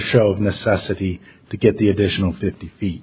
of necessity to get the additional fifty feet